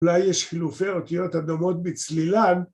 אולי יש חילופי אותיות הדומות בצלילן.